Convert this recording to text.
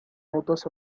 notas